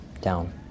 down